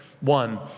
One